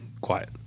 quiet